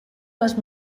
les